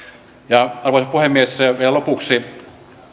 arvoisa puhemies vielä lopuksi